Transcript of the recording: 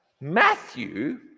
Matthew